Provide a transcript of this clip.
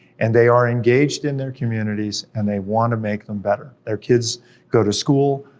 and they are engaged in their communities, and they wanna make them better. their kids go to school,